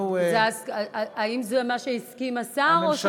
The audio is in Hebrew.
האם זה מה שהסכים לו השר?